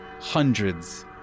hundreds